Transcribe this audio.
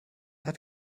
hat